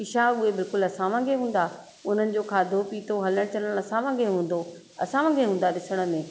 की छा उहे बिल्कुलु असां वांगुरु हूंदा उन्हनि जो खाधो पीतो हलणु चलणु असां वांगुरु हूंदो असां वांगुरु हूंदा ॾिसण में